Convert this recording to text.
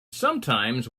sometimes